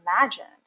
imagined